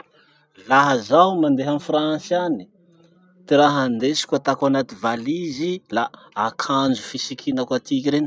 Laha zaho mandeha a France any, ty raha andesiko ataoko anaty valizy, la akanjo fisikinako atiky reny.